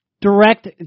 direct